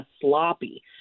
sloppy